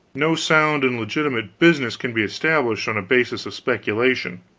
no sound and legitimate business can be established on a basis of speculation.